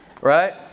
right